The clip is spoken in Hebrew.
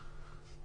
2 דקות?